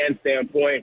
standpoint